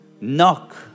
Knock